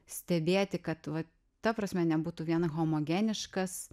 stebėti kad vat ta prasme nebūtų vien homogeniškas